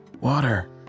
Water